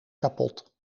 kapot